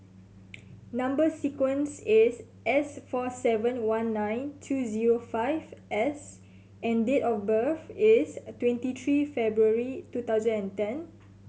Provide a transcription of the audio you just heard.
number sequence is S four seven one nine two zero five S and date of birth is twenty three February two thousand and ten